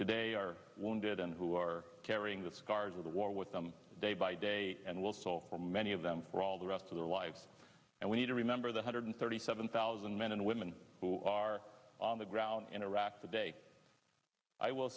today are wounded and who are carrying the scars of the war with them day by day and will so for many of them all the rest of their lives and we need to remember the hundred thirty seven thousand men and women who are on the ground in iraq today i will